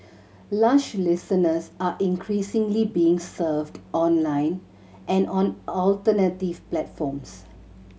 lush listeners are increasingly being served online and on alternative platforms